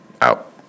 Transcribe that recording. Out